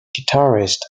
guitarist